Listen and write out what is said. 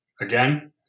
Again